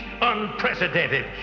unprecedented